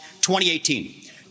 2018